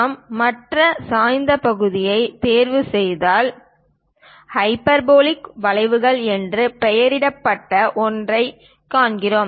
நாம் மற்ற சாய்ந்த பகுதியைத் தேர்வுசெய்தால் ஹைபர்போலிக் வளைவுகள் என்று பெயரிடப்பட்ட ஒன்றைக் காண்கிறோம்